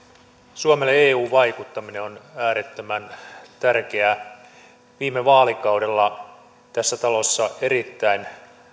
suomelle eu vaikuttaminen on äärettömän tärkeää viime vaalikaudella tässä talossa erittäin